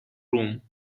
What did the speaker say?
room